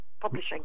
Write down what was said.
publishing